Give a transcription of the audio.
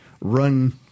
run